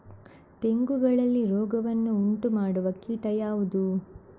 ತೆಂಗುಗಳಲ್ಲಿ ರೋಗವನ್ನು ಉಂಟುಮಾಡುವ ಕೀಟ ಯಾವುದು?